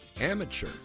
amateur